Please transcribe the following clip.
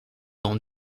grand